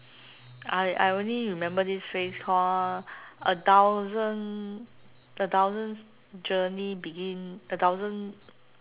I I only remember this phrase call a thousand a thousand journey begin a thousand